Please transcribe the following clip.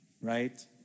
right